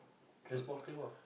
transport claim ah